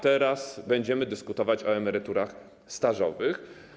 Teraz będziemy dyskutować o emeryturach stażowych.